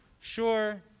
Sure